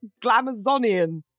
Glamazonian